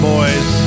Boys